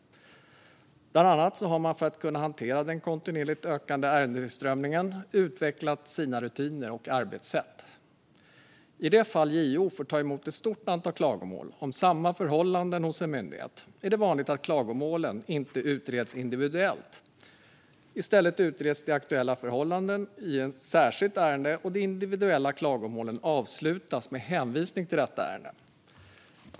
Bland annat har man för att kunna hantera den kontinuerligt ökande ärendetillströmningen utvecklat sina rutiner och arbetssätt. I det fall JO får ta emot ett stort antal klagomål om samma förhållanden hos en myndighet är det vanligt att klagomålen inte utreds individuellt. I stället utreds de aktuella förhållandena i ett särskilt ärende, och de individuella klagomålen avslutas med hänvisning till detta ärende.